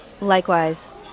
Likewise